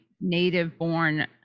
native-born